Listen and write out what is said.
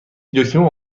دکمه